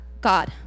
God